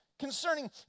Concerning